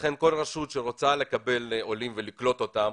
לכן כל רשות שרוצה לקבל עולים ולקלוט אותם,